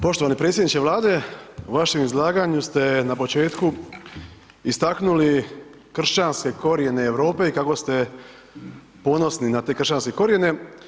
Poštovani predsjedniče Vlade, u vašem izlaganju ste na početku istaknuli kršćanske korijene Europe i kako ste ponosni na te kršćanske korijene.